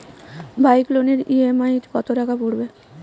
Bike লোনের EMI কত টাকা পড়বে?